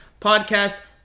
podcast